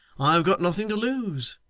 i have got nothing to lose.